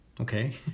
okay